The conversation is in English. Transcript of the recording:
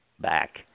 back